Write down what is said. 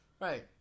Right